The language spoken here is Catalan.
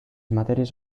matèries